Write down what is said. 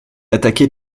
attaquée